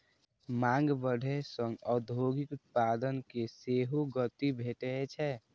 मांग बढ़ै सं औद्योगिक उत्पादन कें सेहो गति भेटै छै